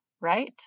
right